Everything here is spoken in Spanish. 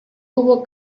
hubo